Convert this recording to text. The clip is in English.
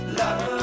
love